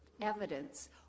evidence